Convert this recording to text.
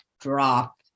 drop